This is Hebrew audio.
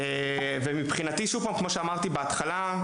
כמו שאמרתי בתחילה,